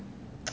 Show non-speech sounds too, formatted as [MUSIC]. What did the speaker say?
[NOISE]